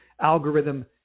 algorithm